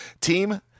team